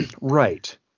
Right